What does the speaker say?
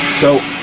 so